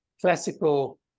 classical